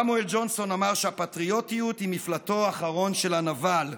סמואל ג'ונסון אמר שהפטריוטיות היא מפלטו האחרון של הנבל.